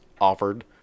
offered